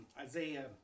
isaiah